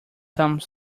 some